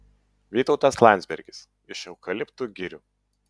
vytautas landsbergis iš eukaliptų girių